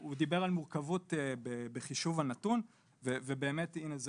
הוא דיבר על מורכבות בחישוב הנתון ובאמת הנה זה